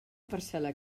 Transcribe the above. parcel·la